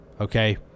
Okay